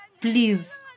please